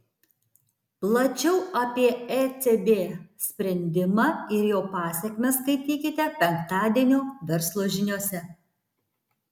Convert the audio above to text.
plačiau apie ecb sprendimą ir jo pasekmes skaitykite penktadienio verslo žiniose